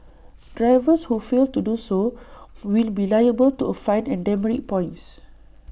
drivers who fail to do so will be liable to A fine and demerit points